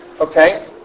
Okay